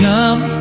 Come